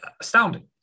astounding